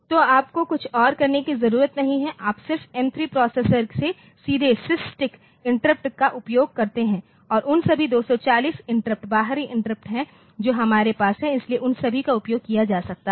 तो आपको कुछ और करने की ज़रूरत नहीं है आप सिर्फ M3 प्रोसेसर से सीधे SysTick इंटरप्ट का उपयोग करते हैं और उन सभी 240 इंटरप्ट बाहरी इंटरप्ट हैं जो हमारे पास हैं इसलिए उन सभी का उपयोग किया जा सकता है